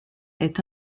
est